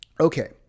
Okay